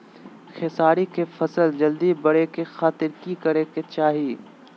खेसारी के फसल जल्दी बड़े के खातिर की करे के चाही?